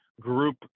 group